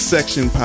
Section